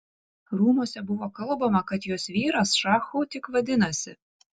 rūmuose buvo kalbama kad jos vyras šachu tik vadinasi